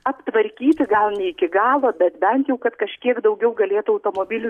aptvarkyti gal ne iki galo bet bent jau kad kažkiek daugiau galėtų automobilių